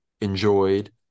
enjoyed